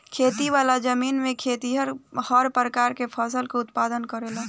खेती वाला जमीन में खेतिहर हर प्रकार के फसल के उत्पादन करेलन